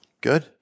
Good